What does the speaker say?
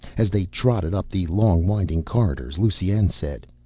as they trotted up the long winding corridors lusine said,